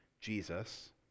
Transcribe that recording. Jesus